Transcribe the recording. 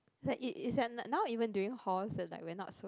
like it it's like now even during halls where like not so